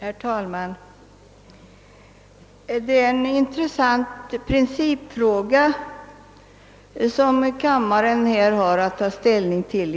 Herr talman! Det är en intressant principfråga som kammaren nu har att ta ställning till.